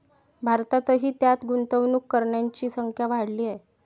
भारतातही त्यात गुंतवणूक करणाऱ्यांची संख्या वाढली आहे